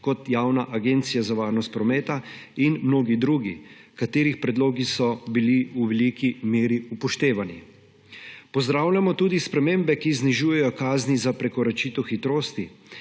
kot Javna agencija za varnost prometa in mnogi drugi, katerih predlogi so bili v veliki meri upoštevani. Pozdravljamo tudi spremembe, ki znižujejo kazni za prekoračitev hitrosti,